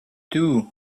two